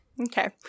Okay